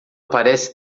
parece